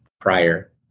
prior